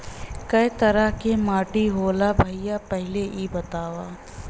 कै तरह के माटी होला भाय पहिले इ बतावा?